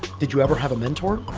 did you ever have a mentor?